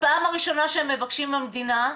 בפעם הראשונה שהם מבקשים מהמדינה,